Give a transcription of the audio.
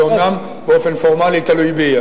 זה אומנם באופן פורמלי תלוי בי,